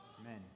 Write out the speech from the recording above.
amen